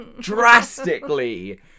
drastically